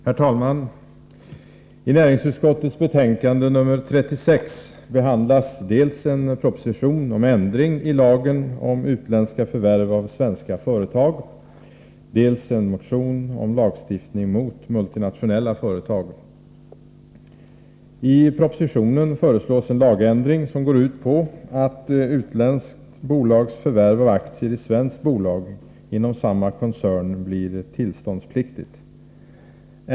Herr talman! I näringsutskottets betänkande 36 behandlas dels en proposition om ändring i lagen om utländska förvärv av svenska företag, dels en motion om lagstiftning mot multinationella företag. I propositionen föreslås en lagändring som går ut på att utländskt bolags förvärv av aktier i svenskt bolag inom samma koncern blir tillståndspliktigt.